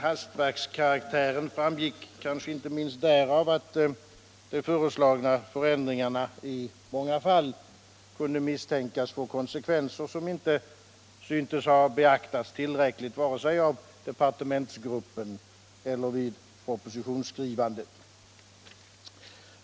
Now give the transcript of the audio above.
Hastverkskaraktären framgick kanske inte minst därav att de föreslagna förändringarna i många fall kunde misstänkas få konsekvenser som inte syntes ha beaktats tillräckligt vare sig av departementsgruppen eller vid propositionsskrivandet.